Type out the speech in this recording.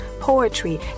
poetry